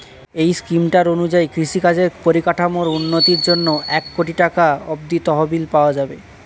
এই স্কিমটার অনুযায়ী কৃষিকাজের পরিকাঠামোর উন্নতির জন্যে এক কোটি টাকা অব্দি তহবিল পাওয়া যাবে